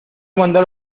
mandar